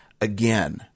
again